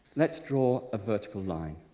let's draw a vertical line.